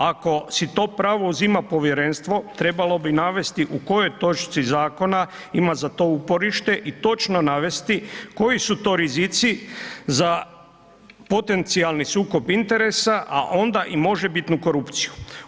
Ako si to pravo uzima povjerenstvo, trebalo bi navesti u kojoj točci zakona ima za to uporište i točno navesti koji su to rizici za potencijalni sukob interesa, a onda i možebitnu korupciju.